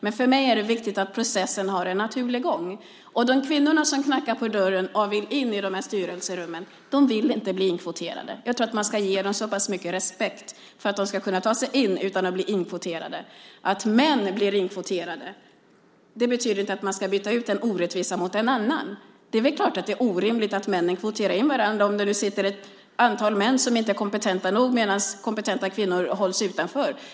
Men för mig är det viktigt att processen har en naturlig gång. De kvinnor som knackar på dörren och vill in i styrelserummen vill inte bli inkvoterade. Jag tycker att man ska ge dem så pass mycket respekt att man tror att de ska kunna ta sig in utan att de blir inkvoterade. Att män blir inkvoterade betyder inte att man ska byta ut en orättvisa mot en annan. Det är klart att det är orimligt att männen kvoterar in varandra om det sitter ett antal män som inte är kompetenta nog medan kompetenta kvinnor hålls utanför.